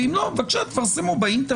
ואם לא אז בבקשה תפרסמו באינטרנט,